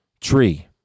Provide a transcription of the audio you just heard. tree